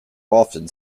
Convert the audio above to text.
often